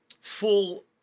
full